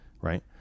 right